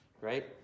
Right